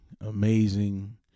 amazing